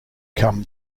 come